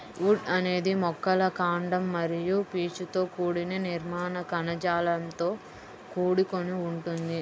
would అనేది మొక్కల కాండం మరియు పీచుతో కూడిన నిర్మాణ కణజాలంతో కూడుకొని ఉంటుంది